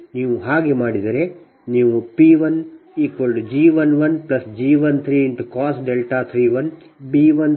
ನೀವು ಹಾಗೆ ಮಾಡಿದರೆ ನೀವು P1G11G13cos 31 B13sin 31